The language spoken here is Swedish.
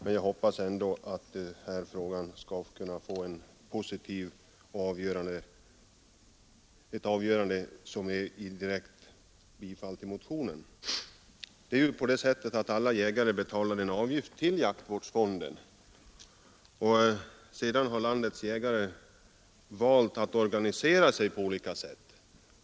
Men jag hoppas ändå att frågan skall få ett positivt avgörande, dvs. ett avgörande som innebär bifall till motionen 511. Alla jägare betalar ju en avgift till jaktvårdsfonden. Sedan har landes jägare valt att organisera sig på olika sätt.